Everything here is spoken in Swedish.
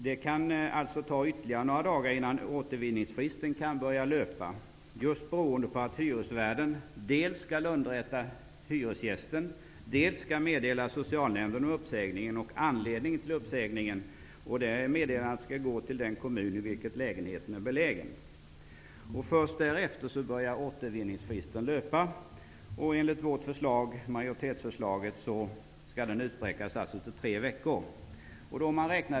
Det kan ta ytterligare några dagar innan återvinningsfristen börjar löpa, just beroende på att hyresvärden dels skall underrätta hyresgästen, dels skall meddela socialnämnden om uppsägningen och anledningen till uppsägningen. Det meddelandet skall gå till den kommun i vilken lägenheten är belägen. Först därefter börjar återvinningsfristen löpa. Enligt majoritetsförslaget skall återvinningsfristen utsträckas till tre veckor.